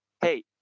hey